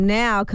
now